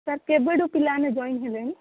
sir କେବେଠୁ ପିଲାମାନେ join ହେଲେଣି